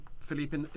Philippe